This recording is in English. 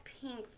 pink